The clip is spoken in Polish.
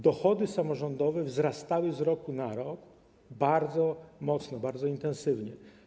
Dochody samorządowe wzrastały z roku na rok bardzo mocno, bardzo intensywnie.